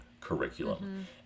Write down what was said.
curriculum